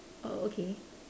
oh okay